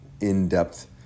in-depth